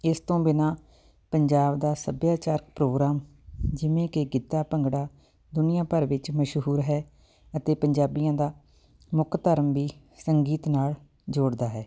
ਇਸ ਤੋਂ ਬਿਨਾਂ ਪੰਜਾਬ ਦਾ ਸੱਭਿਆਚਾਰ ਪ੍ਰੋਗਰਾਮ ਜਿਵੇਂ ਕਿ ਗਿੱਧਾ ਭੰਗੜਾ ਦੁਨੀਆ ਭਰ ਵਿੱਚ ਮਸ਼ਹੂਰ ਹੈ ਅਤੇ ਪੰਜਾਬੀਆਂ ਦਾ ਮੁੱਖ ਧਰਮ ਵੀ ਸੰਗੀਤ ਨਾਲ਼ ਜੋੜਦਾ ਹੈ